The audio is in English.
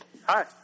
hi